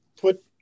put